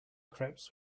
crepes